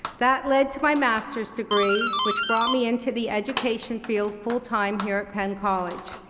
that led to my master's degree, which brought me into the education field full-time here at penn college.